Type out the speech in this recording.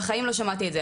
בחיים לא שמעתי את זה.